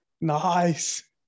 Nice